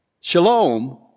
Shalom